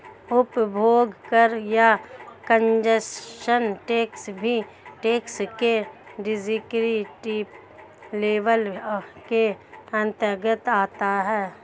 उपभोग कर या कंजप्शन टैक्स भी टैक्स के डिस्क्रिप्टिव लेबल के अंतर्गत आता है